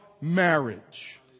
marriage